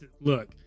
look